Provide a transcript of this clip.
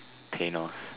Thanos